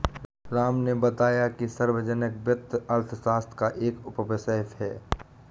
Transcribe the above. राम ने बताया कि सार्वजनिक वित्त अर्थशास्त्र का एक उपविषय है